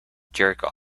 jerk